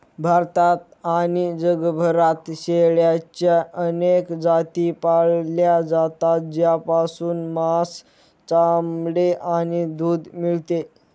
भारतात आणि जगभरात शेळ्यांच्या अनेक जाती पाळल्या जातात, ज्यापासून मांस, चामडे आणि दूध मिळते